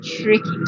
tricky